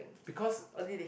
because